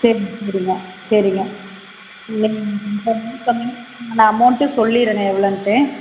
சரிங்க சரிங்க சரிங்க இல்லைங்க நீங்கள் சொன்னீங்கன்னா நான் அமௌண்ட்டு சொல்லிடுறேன்னே எவ்வளோன்ட்டு